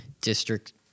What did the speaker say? district